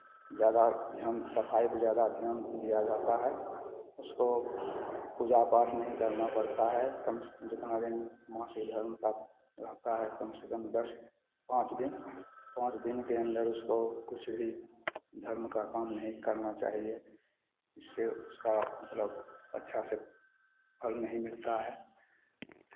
ज़्यादा ध्यान सफाई पे ज़्यादा ध्यान दिया जाता है उसको पूजापाठ नहीं करना पड़ता है कम से कम जितना दिन मासिक धर्म का रहता है कम से कम दस पाँच दिन पाँच दिन के अन्दर उसको कुछ भी धर्म का काम नहीं करना चाहिए इससे उसका मतलब अच्छा से फल नहीं मिलता है